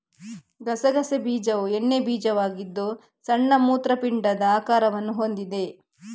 ಗಸಗಸೆ ಬೀಜವು ಎಣ್ಣೆ ಬೀಜವಾಗಿದ್ದು ಸಣ್ಣ ಮೂತ್ರಪಿಂಡದ ಆಕಾರವನ್ನು ಹೊಂದಿದೆ